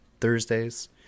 Thursdays